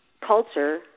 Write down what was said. culture